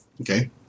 Okay